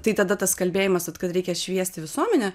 tai tada tas kalbėjimas vat kad reikia šviesti visuomenę